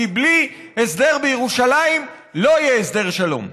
כי בלי הסדר בירושלים לא יהיה הסדר שלום.